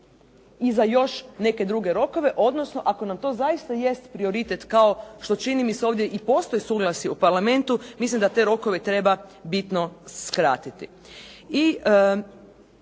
i za još neke druge rokove odnosno ako nam to zaista jest prioritet kao što čini mi se ovdje i postoji suglasje u parlamentu, mislim da te rokove treba bitno skratiti.